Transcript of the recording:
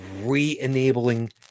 re-enabling